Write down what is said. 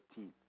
13th